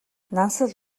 нансал